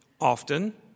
often